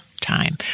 time